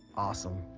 awesome.